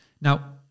Now